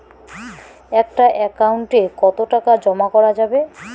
একটা একাউন্ট এ কতো টাকা জমা করা যাবে?